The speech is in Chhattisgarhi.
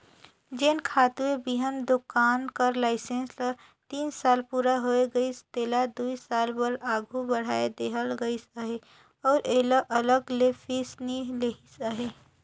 जेन खातूए बीहन दोकान कर लाइसेंस ल तीन साल पूरा होए गइस तेला दुई साल बर आघु बढ़ाए देहल गइस अहे अउ अलग ले फीस नी लेहिस अहे